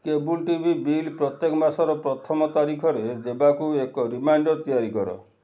କେବଲ୍ T V bill ପ୍ରତ୍ୟେକ ମାସର ପ୍ରଥମ ତାରିଖରେ ଦେବାକୁ ଏକ ରିମାଇଣ୍ଡର୍ ତିଆରି କର